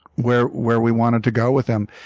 where where we wanted to go with them.